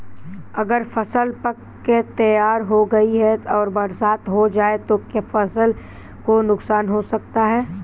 अगर फसल पक कर तैयार हो गई है और बरसात हो जाए तो क्या फसल को नुकसान हो सकता है?